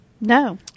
No